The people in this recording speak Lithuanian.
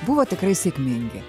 buvo tikrai sėkmingi